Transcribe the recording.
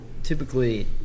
typically